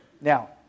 now